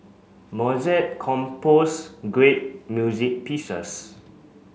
Mozart composed great music pieces